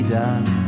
done